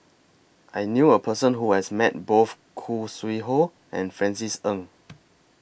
I knew A Person Who has Met Both Khoo Sui Hoe and Francis Ng